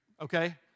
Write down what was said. okay